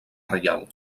reial